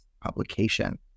publication